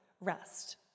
rest